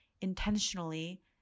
intentionally